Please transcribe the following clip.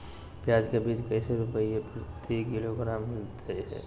प्याज के बीज कैसे रुपए प्रति किलोग्राम हमिलता हैं?